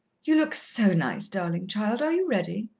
you look so nice, darling child. are you ready?